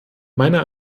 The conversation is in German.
meiner